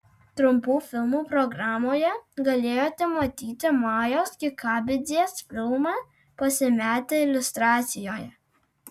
trumpų filmų programoje galėjote matyti majos kikabidzės filmą pasimetę iliustracijoje